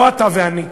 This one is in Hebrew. לא אתה ואני,